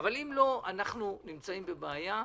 אם לא, אנחנו נמצאים בבעיה.